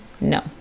No